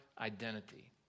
identity